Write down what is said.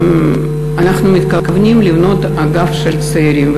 אנחנו מתכוונים לבנות אגף של צעירים.